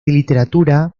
literatura